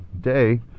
day